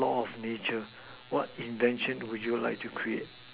law of nature what invention would you like to create